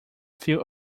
few